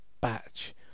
batch